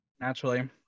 Naturally